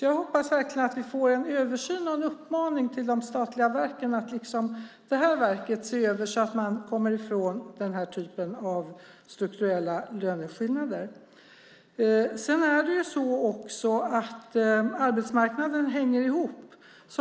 Jag hoppas verkligen att vi får en översyn och en uppmaning till de statliga verken att liksom detta verk se över det här så att man kommer ifrån denna typ av strukturella löneskillnader. Arbetsmarknaden hänger ihop.